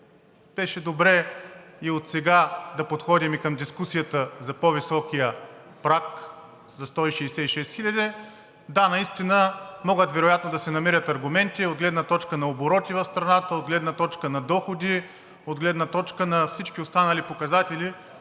беше добре отсега да подходим и към дискусията за по-високия праг за 166 хил. лв. Да, наистина вероятно могат да се намерят аргументи от гледна точка на обороти в страната, от гледна точка на доходи, от гледна точка на всички останали показатели,